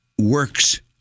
works